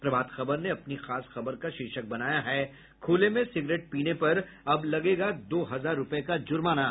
प्रभात खबर ने अपनी खास खबर का शीर्षक बनाया है खूले में सिगरेट पीने पर अब लगेगा दो हजार रूपये का जूर्माना